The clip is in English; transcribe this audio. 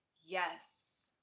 Yes